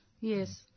Yes